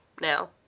now